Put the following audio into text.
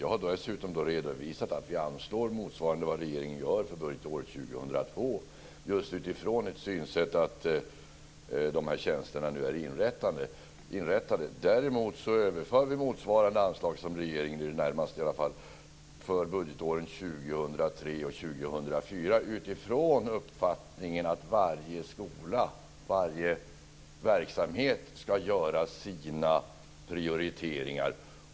Jag dessutom redovisat att vi anslår motsvarande det som regering gör för budgetåret 2002 just utifrån synsättet att de här tjänsterna nu är inrättade. Däremot överför vi motsvarande anslag som regeringen, i det närmaste i alla fall, för budgetåren 2003 och 2004 utifrån uppfattningen att varje skola, varje verksamhet ska göra sina prioriteringar.